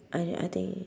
I d~ I think